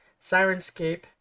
Sirenscape